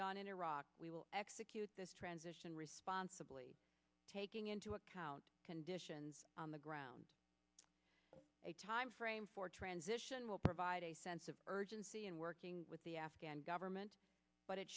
done in iraq we will execute this transition responsibly taking into account conditions on the ground a time frame for transition will provide a sense of urgency in working with the afghan government but it